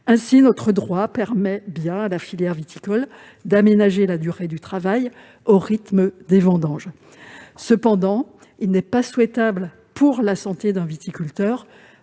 Ainsi, notre droit permet bien à la filière viticole d'aménager la durée du travail au rythme des vendanges. Cependant, il n'est pas souhaitable, pour la santé d'un viticulteur,